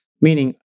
meaning